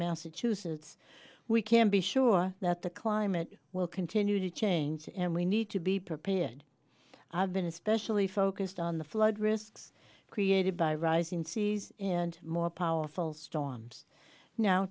massachusetts we can be sure that the climate will continue to change and we need to be prepared i've been especially focused on the flood risks created by rising seas and more powerful storms now